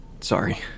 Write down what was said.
Sorry